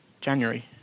January